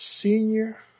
Senior